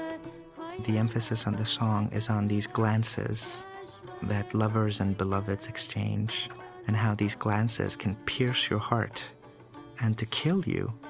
and the emphasis on the song is on these glances that lovers and beloveds exchange and how these glances can pierce your heart and to kill you,